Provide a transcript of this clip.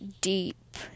deep